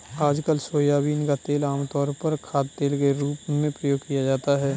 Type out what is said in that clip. आजकल सोयाबीन का तेल आमतौर पर खाद्यतेल के रूप में प्रयोग किया जाता है